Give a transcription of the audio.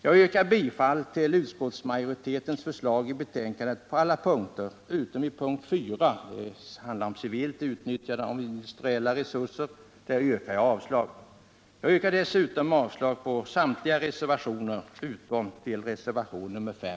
Jag yrkar bifall till utskottsmajoritetens förslag på alla punkter utom punkten 4, vilket innebär avslag på motsvarande reservationer. På punkten 4, som gäller civilt utnyttjande av industriella resurser, yrkar jag bifall till reservationen 5.